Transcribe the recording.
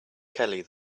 kelly